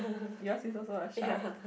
yours is also a shark